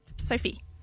Sophie